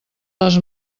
les